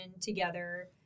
together